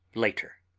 later.